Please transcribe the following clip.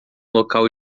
local